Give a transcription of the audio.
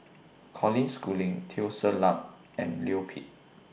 Colin Schooling Teo Ser Luck and Leo Pip